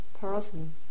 person